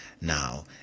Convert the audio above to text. now